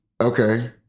Okay